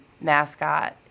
mascot